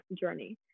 journey